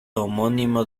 homónimo